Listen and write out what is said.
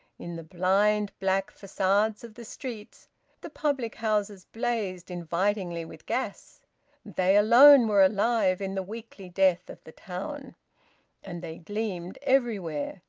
in the blind, black facades of the streets the public-houses blazed invitingly with gas they alone were alive in the weekly death of the town and they gleamed everywhere,